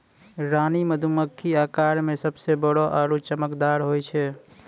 रानी मधुमक्खी आकार मॅ सबसॅ बड़ो आरो चमकदार होय छै